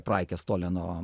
praikes toleno